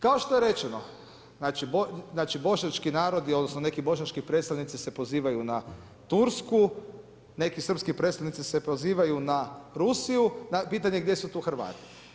Kao što je rečeno, znači bošnjački narod, odnosno neki bošnjački predstavnici se pozivaju na Tursku, neki srpski predstavnici se pozivaju na Rusiju, pitanje gdje su tu Hrvati?